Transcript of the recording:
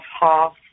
half